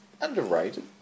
underrated